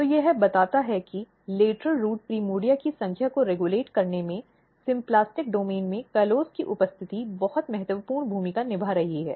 तो यह बताता है कि लेटरल रूट प्राइमर्डिया की संख्या को रेगुलेट करने में सिम्प्लास्टिक डोमेन में कॉलोज़ की उपस्थिति बहुत महत्वपूर्ण भूमिका निभा रही है